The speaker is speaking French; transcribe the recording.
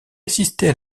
assistait